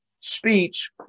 speech